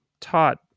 taught